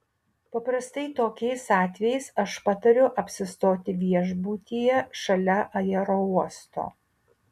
paprastai tokiais atvejais aš patariu apsistoti viešbutyje šalia aerouosto